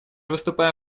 выступаем